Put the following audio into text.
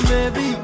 Baby